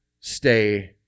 stay